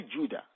Judah